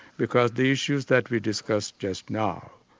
because the issues that we discussed just now,